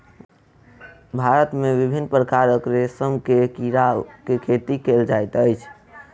भारत मे विभिन्न प्रकारक रेशम के कीड़ा के खेती कयल जाइत अछि